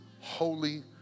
holy